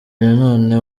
nanone